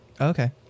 Okay